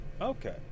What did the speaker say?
Okay